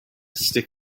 stick